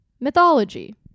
mythology